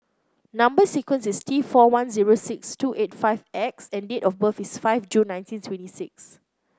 number sequence is T four one zero six two eight five X and date of birth is five June nineteen twenty six